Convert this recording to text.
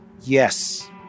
Yes